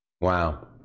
Wow